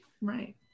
right